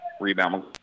Rebound